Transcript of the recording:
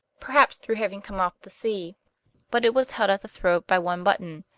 perhaps through having come off the sea but it was held at the throat by one button,